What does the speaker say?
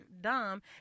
dumb